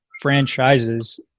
franchises